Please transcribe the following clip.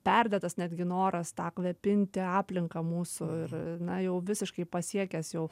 perdėtas netgi noras tą kvepinti aplinką mūsų ir na jau visiškai pasiekęs jau